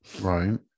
Right